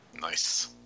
Nice